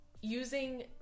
using